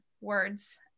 words